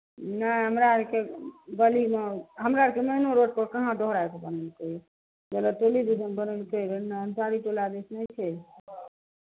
नहि हमरा अरके गलीमे हमरा अरके मेनो रोडपर कहाँ दोहरा कऽ बनेलकै मलह टोलीमे बनेलकै रहए एन्नऽ अंसारी टोला दिस नहि छै